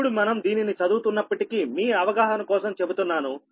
ఇప్పుడు మనం దీనిని చదువుతున్నప్పటికీమీ అవగాహన కోసం చెబుతున్నాను